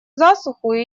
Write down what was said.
засуху